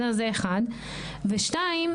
ודבר שני,